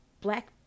black